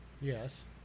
Yes